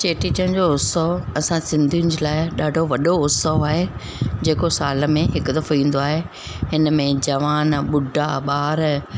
चेटी चंड जो उत्सव असां सिंधियुनि जे लाइ ॾाढो वॾो उत्सव आहे जेको साल में हिकु दफ़ो ईंदो आहे हिन में जवान ॿुढा ॿार